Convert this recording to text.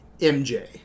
MJ